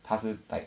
她是 like